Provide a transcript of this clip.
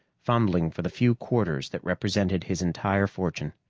fumbling for the few quarters that represented his entire fortune.